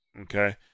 okay